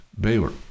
Baylor